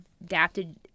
adapted